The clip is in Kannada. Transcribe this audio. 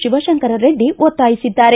ಶಿವಶಂಕರರೆಡ್ಡಿ ಒತ್ತಾಯಿಸಿದ್ದಾರೆ